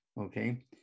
Okay